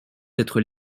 d’être